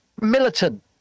militant